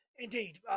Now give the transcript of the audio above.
Indeed